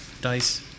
Dice